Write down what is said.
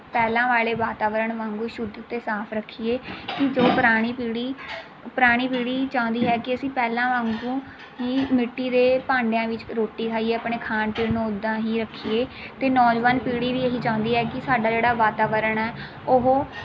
ਪਹਿਲਾਂ ਵਾਲੇ ਵਾਤਾਵਰਨ ਵਾਂਗ ਸ਼ੁੱਧ ਅਤੇ ਸਾਫ਼ ਰੱਖੀਏ ਜੋ ਪੁਰਾਣੀ ਪੀੜ੍ਹੀ ਪੁਰਾਣੀ ਪੀੜ੍ਹੀ ਚਾਹੁੰਦੀ ਹੈ ਕਿ ਅਸੀਂ ਪਹਿਲਾਂ ਵਾਂਗ ਹੀ ਮਿੱਟੀ ਦੇ ਭਾਂਡਿਆਂ ਵਿੱਚ ਰੋਟੀ ਖਾਈਏ ਆਪਣੇ ਖਾਣ ਪੀਣ ਨੂੰ ਉੱਦਾਂ ਹੀ ਰੱਖੀਏ ਅਤੇ ਨੌਜਵਾਨ ਪੀੜ੍ਹੀ ਵੀ ਇਹ ਚਾਹੁੰਦੀ ਹੈ ਕਿ ਸਾਡਾ ਜਿਹੜਾ ਵਾਤਾਵਰਨ ਹੈ ਉਹ